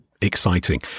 Exciting